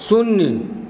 शून्य